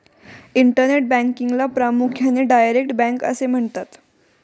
internet बँकिंगला प्रामुख्याने direct bank असे म्हणतात